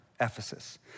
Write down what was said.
Ephesus